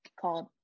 called